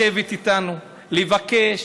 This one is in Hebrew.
לשבת איתנו, לבקש,